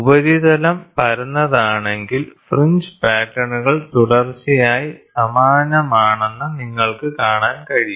ഉപരിതലം പരന്നതാണെങ്കിൽ ഫ്രിഞ്ച് പാറ്റേണുകൾ തുടർച്ചയായി സമാനമാണെന്ന് നിങ്ങൾക്ക് കാണാൻ കഴിയും